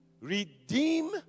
redeem